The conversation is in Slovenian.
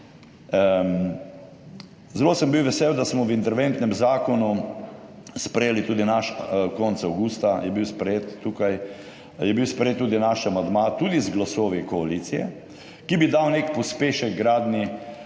Zelo sem bil vesel, da smo v interventnem zakonu sprejeli tudi naš, konec avgusta je bil sprejet tukaj, je bil sprejet tudi naš amandma, tudi z glasovi koalicije, ki bi dal nek pospešek gradnji